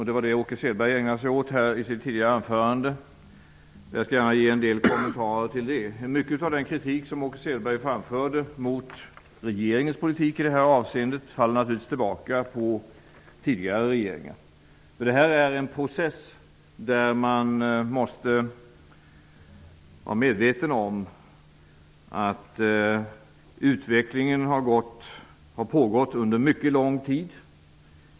Det var det Åke Selberg ägnade sig åt i sitt anförande. Jag skall gärna ge en del kommentarer till det. Mycket av den kritik som Åke Selberg framförde mot regeringens politik i det här avseendet faller naturligtvis tillbaka på tidigare regeringar. Detta är en process där man måste vara medveten om att utvecklingen har pågått under mycket lång tid.